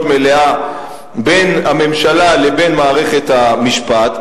מלאה בין הממשלה לבין מערכת המשפט.